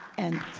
and